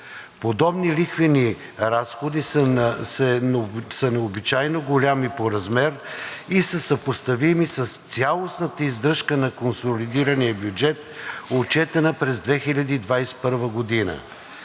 Подобни лихвени разходи са необичайно големи по размер и са съпоставими с цялостната издръжка на консолидирания бюджет, отчетена през 2021 г.